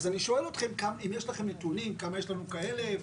אז אני שואל אתכם אם יש לכם נתונים כמה יש לנו כאלה,